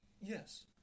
Yes